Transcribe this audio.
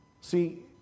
See